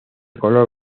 color